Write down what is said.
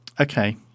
Okay